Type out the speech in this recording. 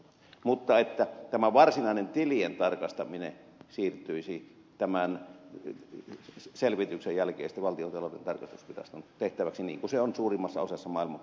mutta tämä varsinainen tilien tarkastaminen siirtyisi tämän selvityksen jälkeen sitten valtiontalouden tarkastusviraston tehtäväksi niin kuin se on suurimmassa osassa maailman parlamentteja